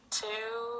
two